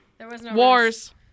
Wars